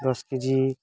ଦଶ କେଜି